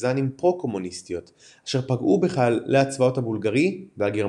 פרטיזנים פרו קומוניסטיות אשר פגעו בחיילי הצבאות הבולגרי והגרמני.